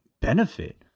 benefit